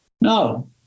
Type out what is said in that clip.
No